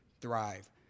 thrive